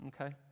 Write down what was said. okay